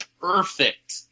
perfect